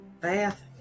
bath